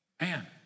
Man